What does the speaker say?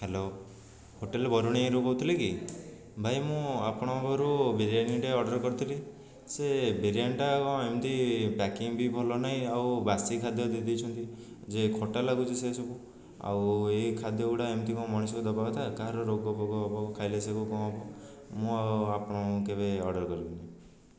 hello hotel ବରୁଣେଇରୁ କହୁଥିଲେ କି ଭାଇ ମୁଁ ଆପଣଙ୍କ ପାଖରୁ ବିରିୟାନିଟେ ଅର୍ଡ଼ର କରିଥିଲି ସେ ବିରିୟାନିଟା ଆଉ ଏମିତି ପ୍ୟାକିଙ୍ଗ ବି ଭଲ ନାହିଁ ଆଉ ବାସି ଖାଦ୍ୟ ଦେଇ ଦେଇଛନ୍ତି ଯେ ଖଟା ଲାଗୁଛି ସେ ସବୁ ଆଉ ଏ ଖାଦ୍ୟ ଗୁଡ଼ା ଏମିତି କ'ଣ ମଣିଷକୁ ଦେବା କଥା କାହାର ରୋଗ ଫୋଗ ହେବ ଖାଇଲେ ଏସବୁ କ'ଣ ମୁଁ ଆଉ ଆପଣଙ୍କୁ କେବେ ଅର୍ଡ଼ର କରିବିନି